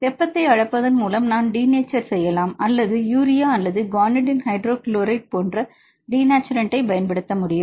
வெப்பத்தை அளிப்பதன் மூலம் நாம் டினேச்சர் செய்யலாம் அல்லது யூரியா அல்லது குவானிடைன் ஹைட்ரோகுளோரைடு போன்ற டினேச்சுரன்ட் பயன்படுத்த முடியும்